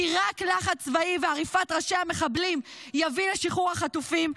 כי רק לחץ צבאי ועריפת ראשי המחבלים יביאו לשחרור החטופים.